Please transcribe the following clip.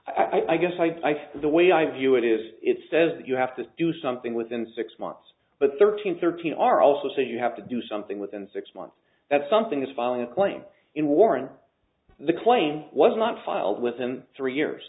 t i guess i thought the way i view it is it says you have to do something within six months but thirteen thirteen are also so you have to do something within six months that something is filing a claim in warrant the claim was not filed within three years